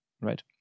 right